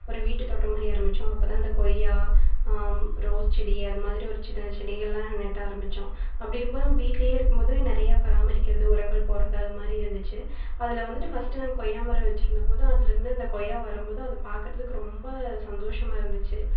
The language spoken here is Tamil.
ஒரு வீட்டு தோட்டம் மாதிரி ஆரம்பித்தோம் அப்போ தான் இந்த கொய்யா ரோஸ் செடி அது மாதிரி ஒரு சின்ன செடிகள்லாம் நட்ட ஆரம்பித்தோம் அப்படி இருக்கும் போது நம்ம வீட்டிலியே இருக்கும் போது நிறைய பராமரிக்கிறது உரங்கள் போடுகிறது அதுமாதிரி இருந்துச்சு அதில் வந்துவிட்டு ஃபர்ஸ்ட்டு நாங்கள் கொய்யா மரம் வச்சிருந்த போது அதில் இருந்து அந்த கொய்யா வரும் போது அது பார்க்குறதுக்கு ரொம்ப சந்தோஷமாக இருந்துச்சு